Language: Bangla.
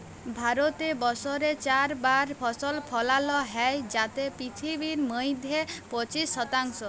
ভারতে বসরে চার বার ফসল ফলালো হ্যয় যাতে পিথিবীর মইধ্যে পঁচিশ শতাংশ